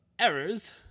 errors